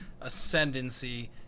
ascendancy